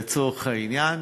לצורך העניין,